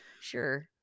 sure